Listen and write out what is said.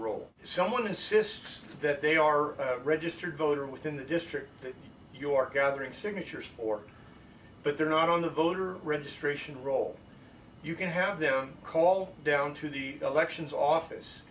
roll someone insists that they are registered voter within the district that your katherine signatures or but they're not on the voter registration roll you can have them call down to the elections office